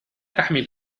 تحمل